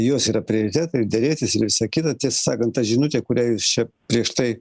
jos yra prioritetai ir derėtis ir visa kita tiesą sakant ta žinutė kurią jūs čia prieš tai